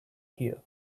here